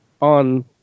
on